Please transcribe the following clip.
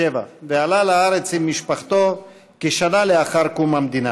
ועלה לארץ עם משפחתו כשנה לאחר קום המדינה.